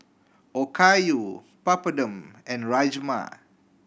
Okayu Papadum and Rajma